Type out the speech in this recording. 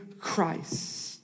Christ